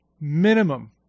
minimum